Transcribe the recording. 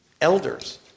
elders